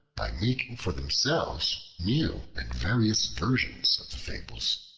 by making for themselves new and various versions of the fables.